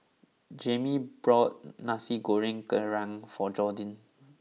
Jammie bought Nasi Goreng Kerang for Jordin